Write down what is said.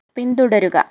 പിന്തുടരുക